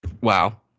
wow